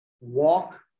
walk